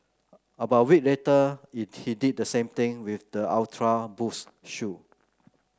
about a week later it he did the same thing with the Ultra Boost shoe